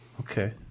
Okay